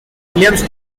williams